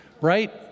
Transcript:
right